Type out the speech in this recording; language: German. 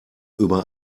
über